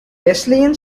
wesleyan